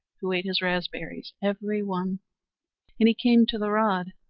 who ate his raspberries every one and he came to the rod.